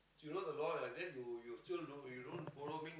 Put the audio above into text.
you know the door like that you you still don't you don't following